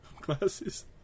glasses